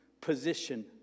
position